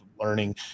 learning